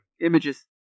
Images